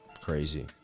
Crazy